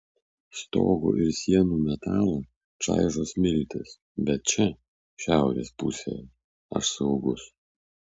stogo ir sienų metalą čaižo smiltys bet čia šiaurės pusėje aš saugus